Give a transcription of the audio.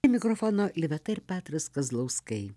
mikrofono liveta ir petras kazlauskai